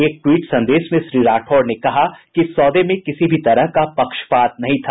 एक ट्वीट संदेश में श्री राठौड़ ने कहा कि इस सौदे में किसी भी तरह का पक्षपात नहीं था